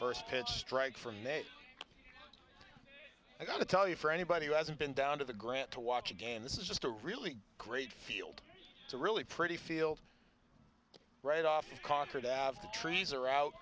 first pitch strike from nate i gotta tell you for anybody who hasn't been down to the grant to watch again this is just a really great field to really pretty field right off of concord out of the trees or out